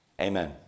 Amen